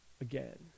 again